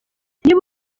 niba